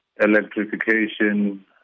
Electrification